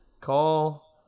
Call-